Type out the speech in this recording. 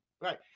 Right